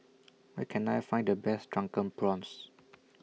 Where Can I Find The Best Drunken Prawns